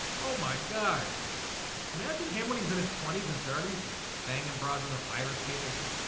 oh my god imagine him when he's in his twenty s and thirty s and banging and broads on a fire escape and shit